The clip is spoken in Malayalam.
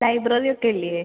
ലൈബ്രറി ഒക്കെ ഇല്ലേ